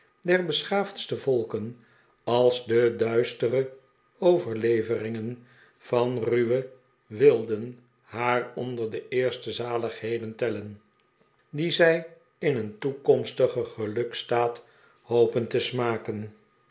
der beschaafdste volken als de duistere overleveringen van ruwe wilden haar onder de eerste zaligheden tellen die zij in een toekomstigen geluksstaat hopen te smaken